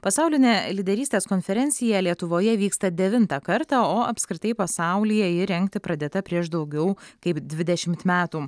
pasaulinė lyderystės konferencija lietuvoje vyksta devintą kartą o apskritai pasaulyje ji rengti pradėta prieš daugiau kaip dvidešimt metų